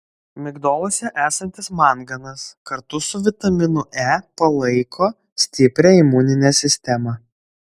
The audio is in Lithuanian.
migdoluose esantis manganas kartu su vitaminu e palaiko stiprią imuninę sistemą